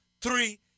three